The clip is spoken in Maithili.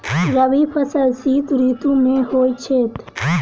रबी फसल शीत ऋतु मे होए छैथ?